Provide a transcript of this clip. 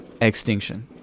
extinction